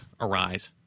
arise